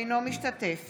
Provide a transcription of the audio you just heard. אינו משתתף